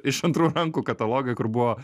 iš antrų rankų katalogą kur buvo